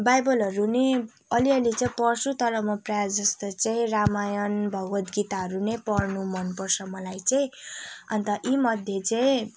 बाइबलहरू पनि अलिअलि चाहिँ पढ्छु तर म प्रायः जस्तो चाहिँ रामायण भगवतगीताहरू नै पढ्नु मनपर्छ मलाई चाहिँ अन्त यीमध्ये चाहिँ